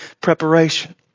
preparation